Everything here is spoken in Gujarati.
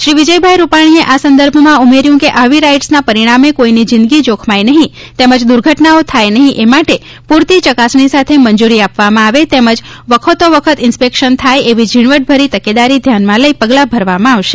શ્રી વિજયભાઇ રૂપાણીએ આ સંદર્ભમાં ઉમેર્યુ કે આવી રાઇડસના પરિણામે કોઇની જિંદગી જોખમાય નહિ તેમજ દુર્ઘટનાઓ થાય નહિં તે માટે પૂરતી ચકાસણી સાથે મંજૂરી આપવામાં આવે તેમજ વખતોવખત ઇન્સ્પેકશન થાય એવી ઝીણવટભરી તકેદારી ધ્યાનમાં લઇ પગલાં ભરવામાં આવશે